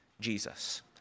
Jesus